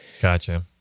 Gotcha